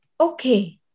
Okay